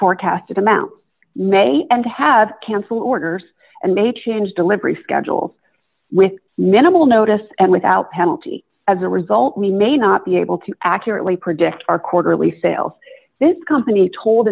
forecasted amount may and have cancel orders and may change delivery schedule with minimal notice and without penalty as a result we may not be able to accurately predict our quarterly sales this company told